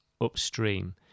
upstream